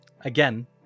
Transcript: again